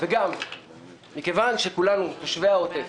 וגם מכיוון שכולנו תושבי העוטף